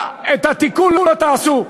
את התיקון לא תעשו.